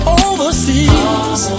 overseas